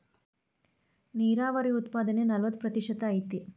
ನೇರಾವರಿ ಉತ್ಪಾದನೆ ನಲವತ್ತ ಪ್ರತಿಶತಾ ಐತಿ